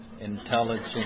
intelligent